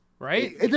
Right